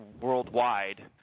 worldwide